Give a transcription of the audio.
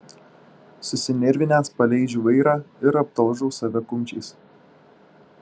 susinervinęs paleidžiu vairą ir aptalžau save kumščiais